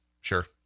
sure